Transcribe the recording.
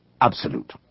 absolute